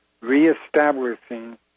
reestablishing